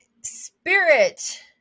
spirit